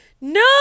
no